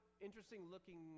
interesting-looking